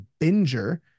binger